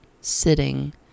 sitting